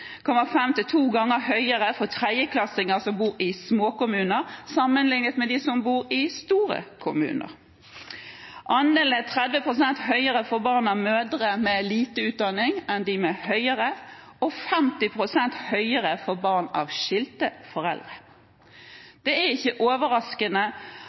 til to ganger høyere for tredjeklassinger som bor i småkommuner, enn for dem som bor i store kommuner. Andelen er 30 pst. høyere for barn av mødre med lite utdanning enn med høyere utdanning, og 50 pst. høyere for barn av skilte foreldre. Det er ikke overraskende